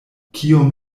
kiom